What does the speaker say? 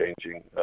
changing